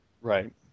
Right